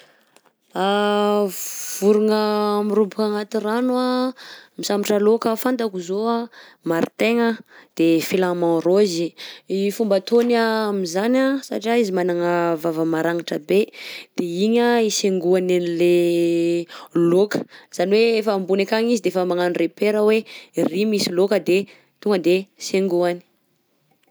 Vorogna miroboka agnaty rano anh misambotra laoka fantako zao anh: maritaigna de flamand rose. I fomba ataony am'zany anh satria izy managna vava maragnitra be de igny anh hisaingohany an'lay laoka, zany hoe efa ambony akagny izy de efa magnano repère hoe igny iry misy laoka de tonga de saingohany.